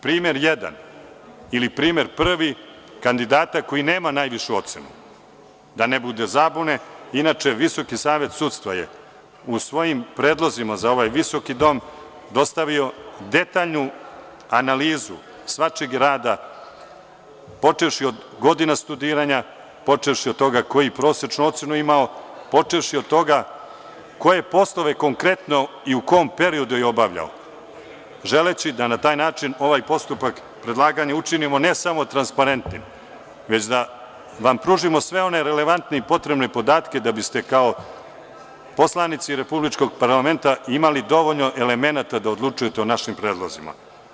Primer jedan ili primer prvi, kandidat koji nemaju najvišu ocenu, da ne bude zabune, inače VSS je u svojim predlozima za ovaj Visoki dom dostavio detaljnu analizu svačijeg rada počevši od godina studiranja, počevši od toga koju je prosečnu ocenu imao, počevši od toga koje poslove konkretno i u kom periodu je obavljao, želeći da na taj način ovaj postupak predlaganja učinimo ne samo transparentnim, već da vam pružimo sve one relevantne i potrebne podatke da biste kao poslanici Republičkog parlamenta imali dovoljno elemenata da odlučujete o našim predlozima.